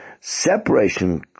separation